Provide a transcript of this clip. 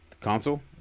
Console